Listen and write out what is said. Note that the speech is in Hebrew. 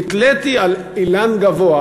נתליתי באילן גבוה,